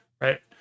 right